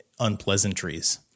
unpleasantries